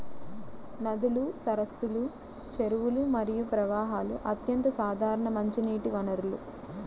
నదులు, సరస్సులు, చెరువులు మరియు ప్రవాహాలు అత్యంత సాధారణ మంచినీటి వనరులు